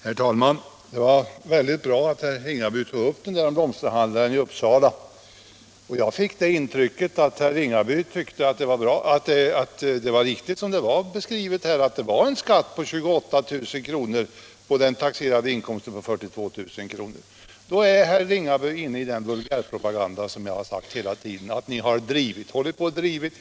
Herr talman! Det var väldigt bra att herr Ringaby tog upp det här med blomsterhandlaren i Uppsala. Jag fick det intrycket att herr Ringaby tyckte att den beskrivning som hade givits var riktig, alltså att skatten var 28 000 kr. på den taxerade inkomsten 42 000 kr. Då är herr Ringaby offer för den vulgärpropaganda som jag hela tiden har sagt att ni driver.